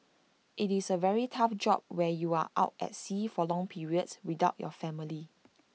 IT is A very tough job where you are out at sea for long periods without your family